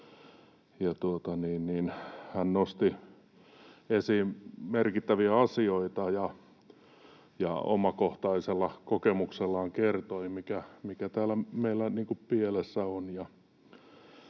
hän nosti esiin merkittäviä asioita ja omakohtaisella kokemuksellaan kertoi, mikä täällä meillä niin